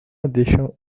addition